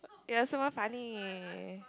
ya someone funny